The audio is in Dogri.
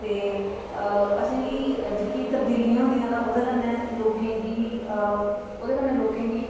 ते असें गी जेह्की तब्दीलियां होंदियां तां ओह्दे कन्नै लोकें गी ओह्दे कन्नै लोकें गी